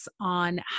on